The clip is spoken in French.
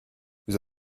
vous